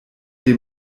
dem